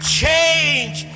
change